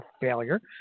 failure